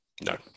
No